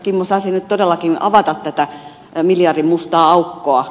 kimmo sasi nyt todellakin avata tätä miljardin mustaa aukkoa